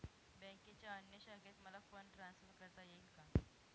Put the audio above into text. बँकेच्या अन्य शाखेत मला फंड ट्रान्सफर करता येईल का?